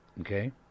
Okay